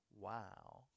Wow